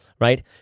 right